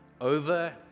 Over